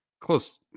close